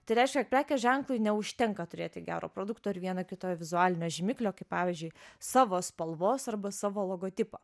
tai reiškia prekės ženklui neužtenka turėti gero produkto ir viena kitoj vizualinio žymiklio kaip pavyzdžiui savo spalvos arba savo logotipą